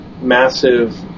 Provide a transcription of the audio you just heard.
massive